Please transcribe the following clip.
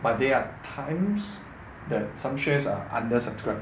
but there are times that some shares are under subscribed ah